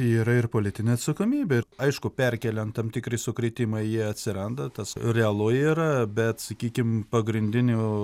yra ir politinė atsakomybė ir aišku perkeliant tam tikri sukrėtimai jie atsiranda tas realu yra bet sakykim pagrindinių